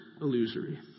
illusory